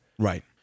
Right